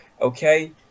okay